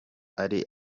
ari